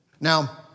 Now